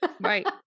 right